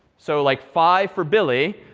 so, like, five for billy,